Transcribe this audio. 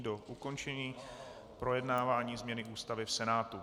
Do ukončení projednávání změny Ústavy v Senátu.